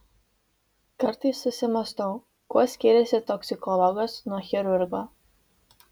kartais susimąstau kuo skiriasi toksikologas nuo chirurgo